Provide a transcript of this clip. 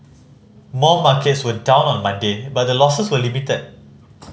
most markets were down on Monday but the losses were limited